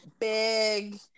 big